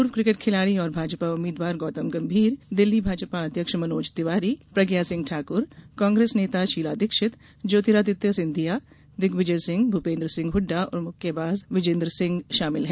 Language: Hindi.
पूर्व किकेट खिलाडी और भाजपा उम्मीदवार गौतम गंभीर दिल्ली भाजपा अध्यक्ष मनोज तिवारी प्रज्ञा सिंह ठाकुर कांग्रेस नेता शीला दीक्षित ज्योतिर्रादित्य सिंधिया दिग्विजय सिंह भूपेन्द्र सिंह हुड्डा और मुक्केबाज विजिदर सिंह शामिल है